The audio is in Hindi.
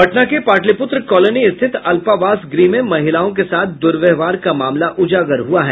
पटना के पाटलिपुत्र कॉलोनी स्थित अल्पावास गृह में महिलाओं के साथ दुर्व्यवहार का मामला उजागर हुआ है